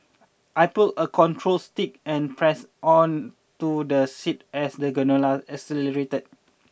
I pulled a control stick and pressed onto the seat as the gondola accelerated